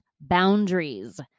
boundaries